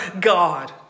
God